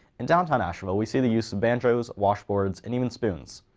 in downtown asheville, we see the use of banjos, washboards and even spoons.